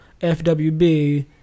FWB